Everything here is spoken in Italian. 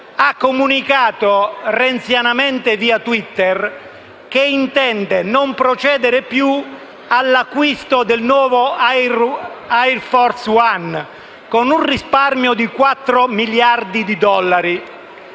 ha comunicato, renzianamente via Twitter, che non intende più procedere all'acquisto del nuovo Air Force One, con un risparmio di 4 miliardi di dollari.